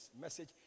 Message